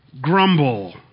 grumble